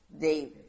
David